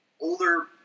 older